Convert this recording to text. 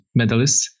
medalists